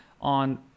on